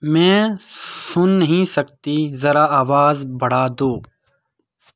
میں سن نہیں سکتی زرا آواز بڑھا دو